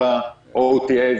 כל ה-OTA.